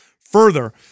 further